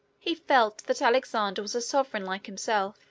he felt that alexander was a sovereign like himself,